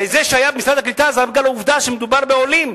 זה היה במשרד הקליטה רק בגלל העובדה שמדובר בעולים,